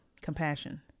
compassion